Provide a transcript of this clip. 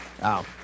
Wow